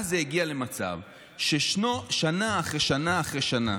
ואז זה הגיע למצב ששנה אחרי שנה אחרי שנה